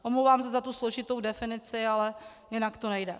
Omlouvám se za tu složitou definici, ale jinak to nejde.